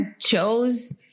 chose